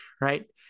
right